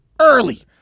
Early